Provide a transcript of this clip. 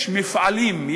יש מפעלים,